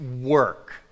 work